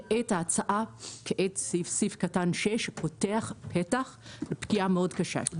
כעת, סעיף קטן (6) פותח פתח לפגיעה מאוד קשה.